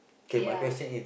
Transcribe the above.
ya